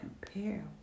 compare